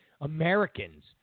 Americans